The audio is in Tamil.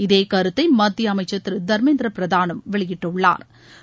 இதே கருத்தை மத்திய அமைச்சர் திரு தர்மேந்திர பிரதானும் வெளியிட்டுள்ளாா்